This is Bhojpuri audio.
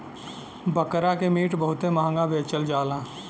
बकरा के मीट बहुते महंगा बेचल जाला